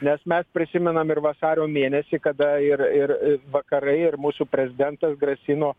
nes mes prisimenam ir vasario mėnesį kada ir ir vakarai ir mūsų prezidentas grasino